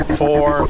four